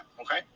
okay